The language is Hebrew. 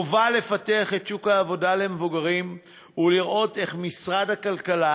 חובה לפתח את שוק העבודה למבוגרים ולראות איך משרד הכלכלה,